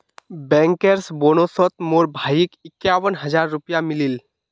bankers बोनसोत मोर भाईक इक्यावन हज़ार रुपया मिलील